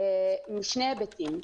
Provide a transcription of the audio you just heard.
משני היבטים.